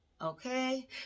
Okay